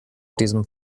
diesem